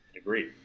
Agreed